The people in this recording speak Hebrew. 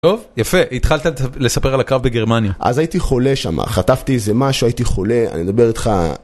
טוב יפה, התחלת לספר על הקרב בגרמניה. אז הייתי חולה שמה, חטפתי איזה משהו הייתי חולה אני מדבר איתך